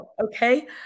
Okay